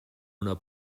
una